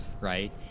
right